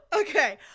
okay